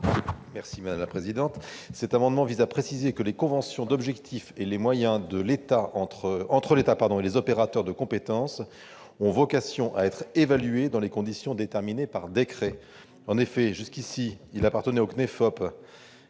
M. Martin Lévrier. Cet amendement vise à préciser que les conventions d'objectifs et de moyens entre l'État et les opérateurs de compétences ont vocation à être évaluées dans des conditions déterminées par décret. En effet, cette évaluation incombe